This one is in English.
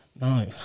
no